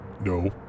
No